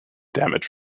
damage